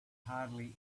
hardly